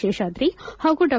ಶೇಷಾದ್ರಿ ಹಾಗೂ ಡಾ